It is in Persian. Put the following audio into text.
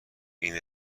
این